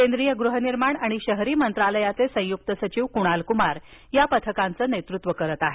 केंद्रीय गृहनिर्माण आणि शहरी मंत्रालयाचे संयुक्त सचिव कुणाल कुमार या पथकांचं नेतृत्व करत आहेत